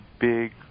big